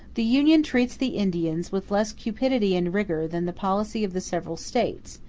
the union treats the indians with less cupidity and rigor than the policy of the several states,